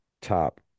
top